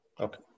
okay